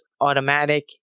Automatic